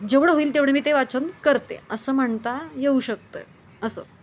जेवढं होईल तेवढी मी ते वाचन करते असं म्हणता येऊ शकतंय असं